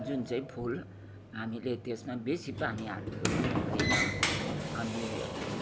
जुन चाहिँ फुल हामीले त्यसमा बेसी पानी हाल्नु पनि हुँदैन अनि